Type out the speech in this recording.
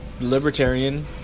libertarian